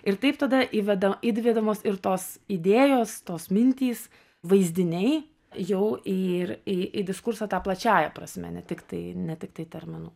ir taip tada įveda įdvedamos ir tos idėjos tos mintys vaizdiniai jau ir į į diskursą ta plačiąja prasme ne tiktai ne tiktai terminų